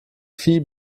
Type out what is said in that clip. phi